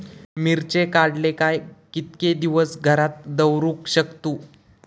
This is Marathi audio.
मिर्ची काडले काय कीतके दिवस घरात दवरुक शकतू?